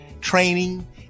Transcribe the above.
training